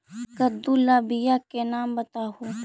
कददु ला बियाह के नाम बताहु?